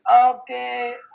Okay